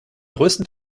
größten